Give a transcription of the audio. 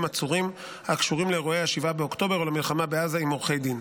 עצורים שקשורים לאירועי 7 באוקטובר או למלחמה בעזה עם עורכי דין.